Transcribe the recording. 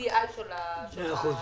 ב-BDI של האנשים.